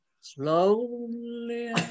Slowly